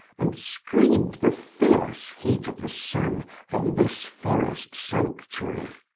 and screened the fierce heat of the sun from this forest sanctuary.